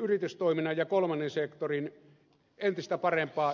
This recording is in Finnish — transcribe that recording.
yritystoiminnan ja kolmannen sektorin entistä parempaa yhteistyötä